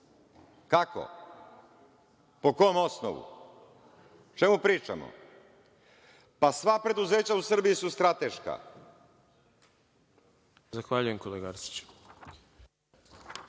akcije? Po kom osnovu? O čemu pričamo? Pa, sva preduzeća u Srbiji su strateška.